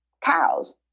cows